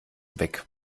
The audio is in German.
weg